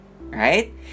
right